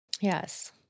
Yes